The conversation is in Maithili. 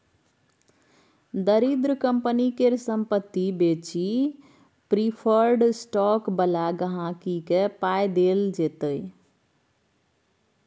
दरिद्र कंपनी केर संपत्ति बेचि प्रिफर्ड स्टॉक बला गांहिकी केँ पाइ देल जेतै